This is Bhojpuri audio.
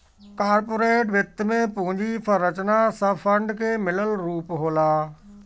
कार्पोरेट वित्त में पूंजी संरचना सब फंड के मिलल रूप होला